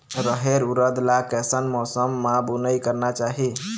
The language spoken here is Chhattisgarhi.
रहेर उरद ला कैसन मौसम मा बुनई करना चाही?